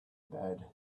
bed